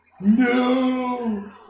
No